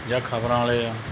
ਜਾਂ ਖ਼ਬਰਾਂ ਵਾਲੇ ਆ